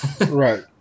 Right